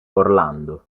orlando